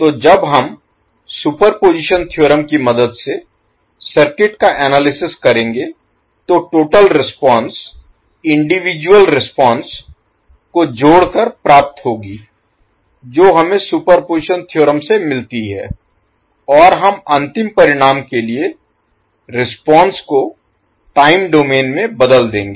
तो जब हम सुपरपोज़िशन थ्योरम की मदद से सर्किट का एनालिसिस विश्लेषण Analysis करेंगे तो टोटल रिस्पांस Total Response कुल प्रतिक्रिया इंडिविजुअल रिस्पांस Individual Response व्यक्तिगत प्रतिक्रिया को जोड़कर प्राप्त होगी जो हमें सुपरपोज़िशन थ्योरम से मिलती है और हम अंतिम परिणाम के लिए रिस्पांस Response प्रतिक्रिया को टाइम डोमेन में बदल देंगे